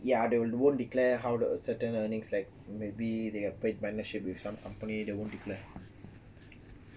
ya they won't declared how the certain earnings like maybe they are paid partnership with some company that won't declare